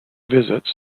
visits